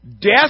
Death